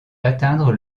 atteindre